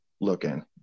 looking